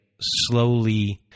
slowly